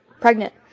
pregnant